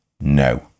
no